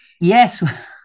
yes